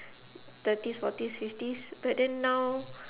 thirties forties fifties but then now